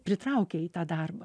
pritraukia į tą darbą